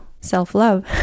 self-love